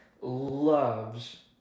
loves